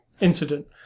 incident